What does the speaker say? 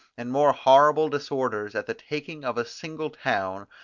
and more horrible disorders at the taking of a single town,